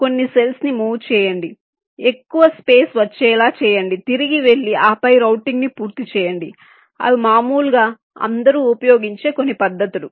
కొన్ని సెల్స్ ని మూవ్ చేయండి ఎక్కువ స్పేస్ వచ్చేలా చేయండి తిరిగి వెళ్లి ఆపై రౌటింగ్ను పూర్తి చేయండి అవి మాములుగా అందరూ ఉపయోగించే కొన్ని పద్ధతులు